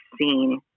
seen